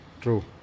True